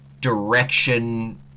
direction